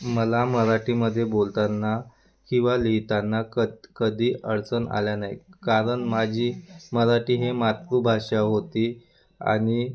मला मराठीमध्ये बोलतांना किंवा लिहितांना कत कधी अडचण आल्या नाही कारण माझी मराठी ही मातृभाषा होती आणि